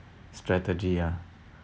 strategy ah